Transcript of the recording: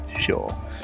Sure